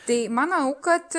tai manau kad